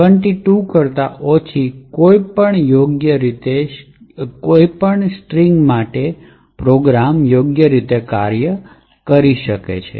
72 કરતાં ઓછી કંઈપણ યોગ્ય રીતે કાર્ય કરી શકે છે